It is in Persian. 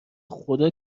خدا